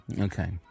Okay